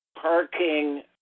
parking